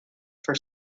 for